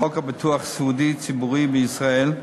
חוק ביטוח סיעודי ציבורי בישראל.